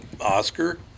Oscar